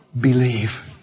believe